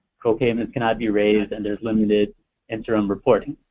copayments cannot be raised, and there's limited interim reporting,